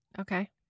Okay